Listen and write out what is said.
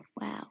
Wow